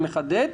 אני מחדד.